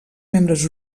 membres